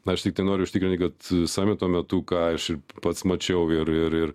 aš tiktai noriu užtikrinti kad samito metu ką aš pats mačiau ir ir ir